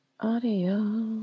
Audio